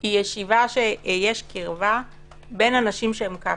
היא ישיבה שיש קרבה בין אנשים שהם קפסולה.